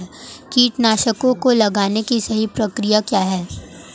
कीटनाशकों को लगाने की सही प्रक्रिया क्या है?